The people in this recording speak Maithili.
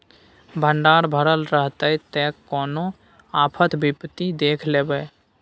भंडार भरल रहतै त कोनो आफत विपति देख लेबै